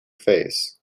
phase